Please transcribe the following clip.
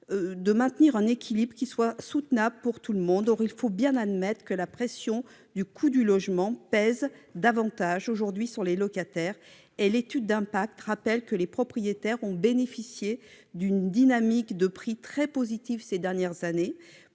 de maintenir un équilibre soutenable pour tout le monde. Or il faut bien admettre que la pression du coût du logement pèse aujourd'hui davantage sur les locataires. À cet égard, l'étude d'impact rappelle que les propriétaires ont bénéficié d'une dynamique de prix très positive ces dernières années,